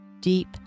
deep